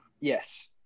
Yes